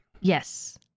Yes